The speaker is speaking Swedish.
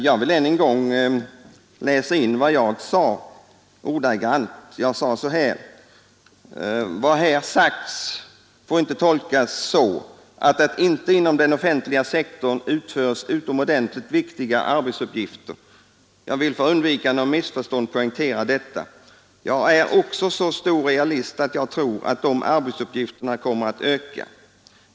Jag vill då på nytt läsa in i protokollet ordagrant vad jag sade i mitt tidigare anförande: ”Vad här sagts får inte tolkas så att det inte inom den offentliga sektorn utförs utomordentligt viktiga arbetsuppgifter. Jag vill för undvikande av missförstånd poängtera detta. Jag är också så stor realist att jag tror att de arbetsuppgifterna kommer att öka.